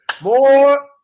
more